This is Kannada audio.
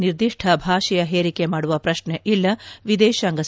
ನಿರ್ದಿಷ್ಪ ಭಾಷೆಯ ಹೇರಿಕೆ ಮಾಡುವ ಪ್ರಶ್ನೆ ಇಲ್ಲ ವಿದೇಶಾಂಗ ಸಚಿವ ಎಸ್